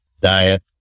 diet